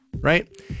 right